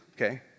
okay